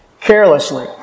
carelessly